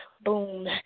Boom